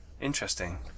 Interesting